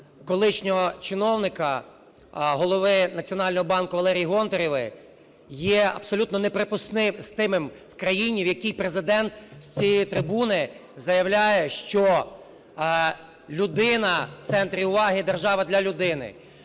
колишнього чиновника, Голови Національного банку Валерії Гонтаревої, є абсолютно неприпустимим в країні, в якій Президент з цієї трибуни заявляє, що людина в центрі уваги і держава для людини.